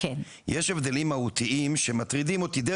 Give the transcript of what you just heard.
יש הבדלים מהותיים שמטרידים אותי,